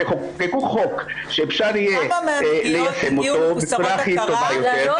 תחוקקו חוק שאפשר יהיה ליישם אותו בצורה הכי טובה מצוין.